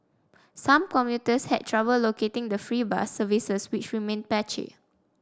some commuters had trouble locating the free bus services which remained patchy